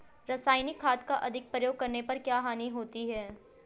रासायनिक खाद का अधिक प्रयोग करने पर क्या हानि होती है?